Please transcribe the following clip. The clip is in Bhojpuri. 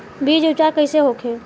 बीज उपचार कइसे होखे?